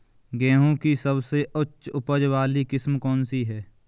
गेहूँ की सबसे उच्च उपज बाली किस्म कौनसी है?